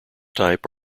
type